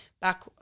Back